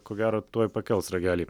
ko gero tuoj pakels ragelį